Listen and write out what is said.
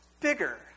bigger